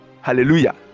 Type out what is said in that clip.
hallelujah